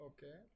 Okay